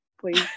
please